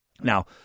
Now